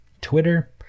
Twitter